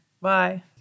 Bye